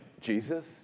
Jesus